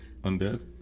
undead